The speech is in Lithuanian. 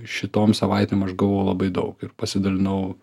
šitom savaitėm aš gavau labai daug ir pasidalinau